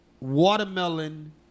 watermelon